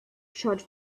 charge